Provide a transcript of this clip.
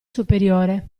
superiore